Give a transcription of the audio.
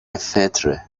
فطره